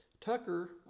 Tucker